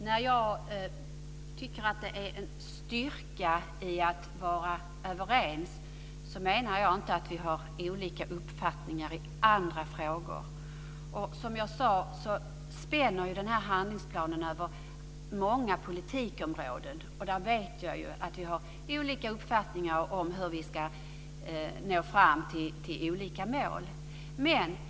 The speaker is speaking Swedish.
Herr talman! När jag tycker att det ligger en styrka i att vara överens menar jag inte att vi inte har olika uppfattningar i andra frågor. Som jag sade spänner handlingsplanen över många politikområden, och jag vet att vi har olika uppfattningar om hur vi ska nå fram till olika mål.